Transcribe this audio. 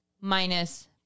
minus